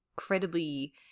Incredibly